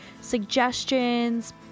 suggestions